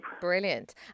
Brilliant